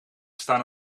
staan